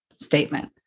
statement